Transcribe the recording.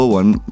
one